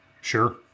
Sure